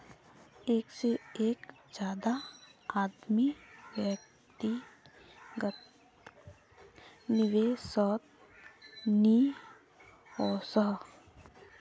एक से ज्यादा आदमी व्यक्तिगत निवेसोत नि वोसोह